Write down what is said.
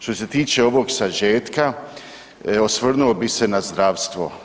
Što se tiče ovog sažetka, osvrnuo bih se na zdravstvo.